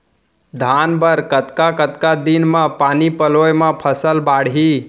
धान बर कतका कतका दिन म पानी पलोय म फसल बाड़ही?